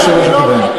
היושב-ראש הקודם,